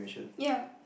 ya